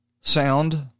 sound